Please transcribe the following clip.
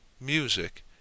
music